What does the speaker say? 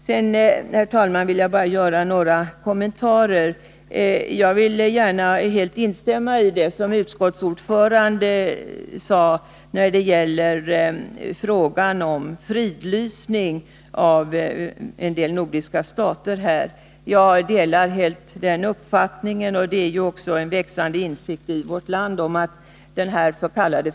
Sedan vill jag, herr talman, bara göra några kommentarer. Jag vill gärna helt instämma i det som utskottsordföranden sade när det gäller frågan om fridlysning av en del nordiska stater. Jag delar helt den uppfattningen, och det finns också en växande insikt i vårt land om att dens.k.